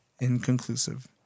inconclusive